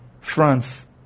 France